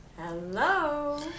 Hello